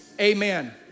amen